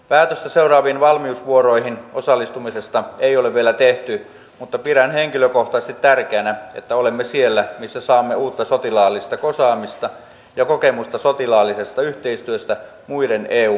päätöstä seuraaviin valmiusvuoroihin osallistumisesta ei ole vielä tehty mutta pidän henkilökohtaisesti tärkeänä että olemme siellä missä saamme uutta sotilaallista osaamista ja kokemusta sotilaallisesta yhteistyöstä muiden eu maiden kanssa